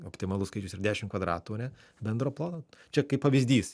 optimalus skaičius ir dešim kvadratų ane bendro ploto čia kaip pavyzdys